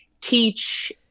teach